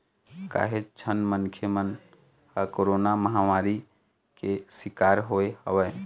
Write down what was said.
काहेच झन मनखे मन ह कोरोरा महामारी के सिकार होय हवय